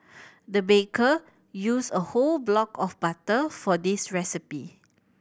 the baker used a whole block of butter for this recipe